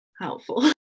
helpful